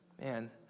man